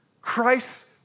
Christ